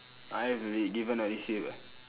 I've re~ given or received ah